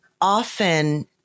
often